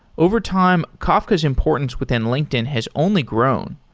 overtime, kafka's importance within linkedin has only grown.